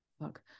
fuck